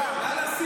לא מגינים.